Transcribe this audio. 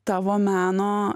tavo meno